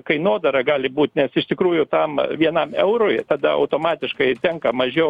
kainodara gali būt nes iš tikrųjų tam vienam eurui tada automatiškai tenka mažiau